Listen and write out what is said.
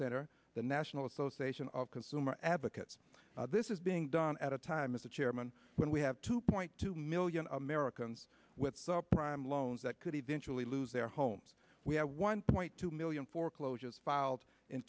center the national association of consumer advocates this is being done at a time mr chairman when we have two point two million americans with sub prime loans that could eventually lose their homes we have one point two million foreclosures filed in